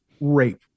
rape